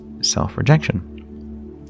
self-rejection